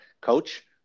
coach